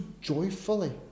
joyfully